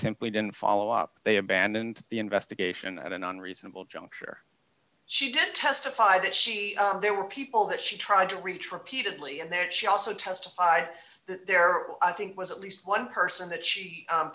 simply didn't follow they abandoned the investigation at an unreasonable juncture she did testify that she there were people that she tried to reach repeatedly and that she also testified there was at least one person that she